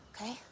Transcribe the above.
okay